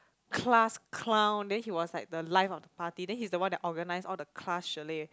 class clown then he was like the life of party then his the one organise all the class chalet